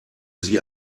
sie